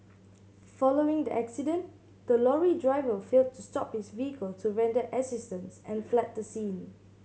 following the accident the lorry driver failed to stop his vehicle to render assistance and fled the scene